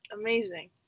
amazing